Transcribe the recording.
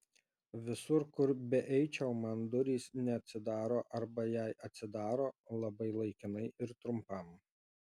visur kur beeičiau man durys neatsidaro arba jei atsidaro labai laikinai ir trumpam